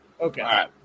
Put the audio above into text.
Okay